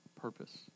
purpose